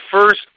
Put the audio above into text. first